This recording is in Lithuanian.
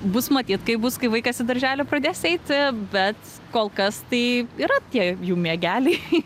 bus matyt kaip bus kai vaikas į darželį pradės eiti bet kol kas tai yra tie jų miegeliai